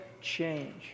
change